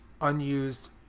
unused